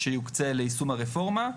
שיוקצה ליישום הרפורמה.